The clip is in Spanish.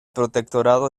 protectorado